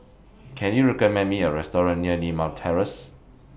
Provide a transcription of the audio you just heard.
Can YOU recommend Me A Restaurant near Limau Terrace